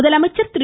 முதலமைச்சர் திரு